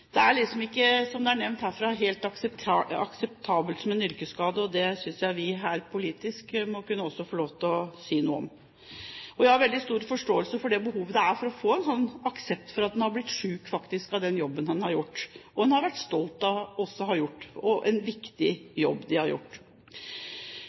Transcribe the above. Dette er liksom ikke, som det er nevnt herfra, helt akseptabelt som en yrkesskade. Det synes jeg vi også politisk må kunne få lov til å si noe om. Jeg har veldig stor forståelse for det behovet en har for å få aksept for at en har blitt syk av den jobben en har gjort – en jobb som en også har vært stolt over å ha gjort. Og de har gjort en viktig